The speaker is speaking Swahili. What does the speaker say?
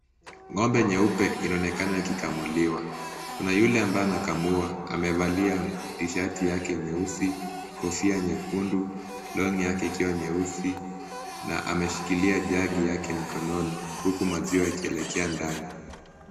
Ng'ombe nyeupe inaonekana ikikamuliwa. Kuna yule ambaye anakamua amevalia tshati yake nyeusi, kofia nyekundu, long'i yake ikiwa nyeusi na ameshikilia jagi yake mkononi huku maziwa ikielekea ndani.